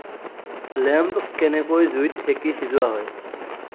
lamp কেনেকৈ জুইত সেকি সিজোৱা হয়